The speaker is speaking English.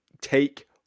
take